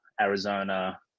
Arizona